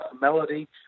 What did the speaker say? melody